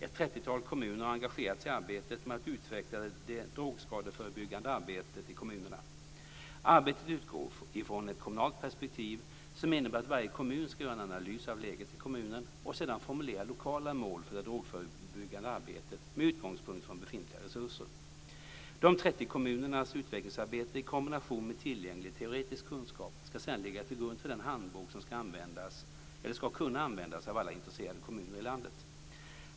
Ett trettiotal kommuner har engagerats i arbetet med att utveckla det drogskadeförebyggande arbetet i kommunerna. Arbetet utgår ifrån ett kommunalt perspektiv som innebär att varje kommun ska göra en analys av läget i kommunen och sedan formulera lokala mål för det drogförebyggande arbetet med utgångspunkt från befintliga resurser. De trettio kommunernas utvecklingsarbete i kombination med tillgänglig teoretisk kunskap ska sedan ligga till grund för den handbok som ska kunna användas av alla intresserade kommuner i landet.